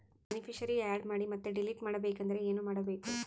Beneficiary, add ಮಾಡಿ ಮತ್ತೆ delete ಮಾಡಬೇಕೆಂದರೆ ಏನ್ ಮಾಡಬೇಕು?